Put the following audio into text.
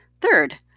Third